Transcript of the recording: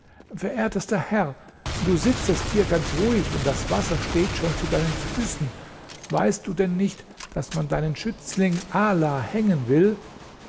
verehrtester herr du sitzest hier ganz ruhig und das wasser steht schon zu deinen füßen weißt du denn nicht daß man deinen schützling ala hängen will